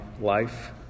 life